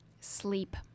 Sleep